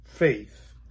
faith